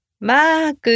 Mark